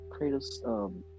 Kratos